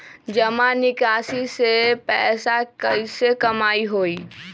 जमा निकासी से पैसा कईसे कमाई होई?